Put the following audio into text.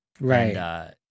Right